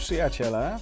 Przyjaciele